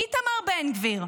איתמר בן גביר,